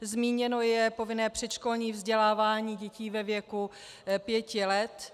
Zmíněno je povinné předškolní vzdělávání dětí ve věku pěti let.